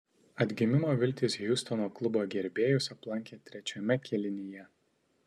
atgimimo viltys hjustono klubo gerbėjus aplankė trečiame kėlinyje